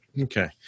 Okay